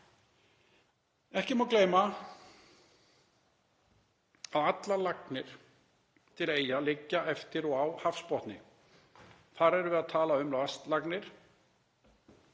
Ekki má gleyma að allar lagnir til Eyja liggja eftir og á hafsbotni. Þar erum við að tala um vatnslagnir,